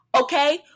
Okay